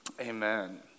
Amen